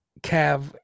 cav